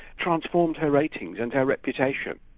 transformed her ratings and her reputation.